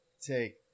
take